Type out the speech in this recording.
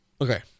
Okay